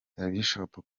bishop